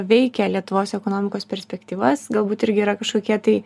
veikia lietuvos ekonomikos perspektyvas galbūt irgi yra kažkokie tai